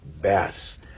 best